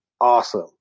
awesome